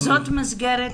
זאת מסגרת